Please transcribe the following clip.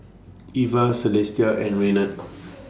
Ivah Celestia and Renard